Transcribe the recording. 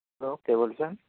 hello কে বলছেন